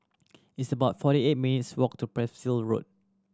it's about forty eight minutes' walk to Percival Road